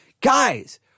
Guys